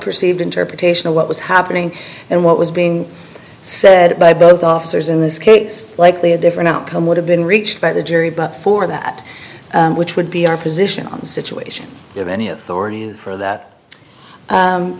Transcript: perceived interpretation of what was happening and what was being said by both officers in this case likely a different outcome would have been reached by the jury but for that which would be our position on the situation of any authority for that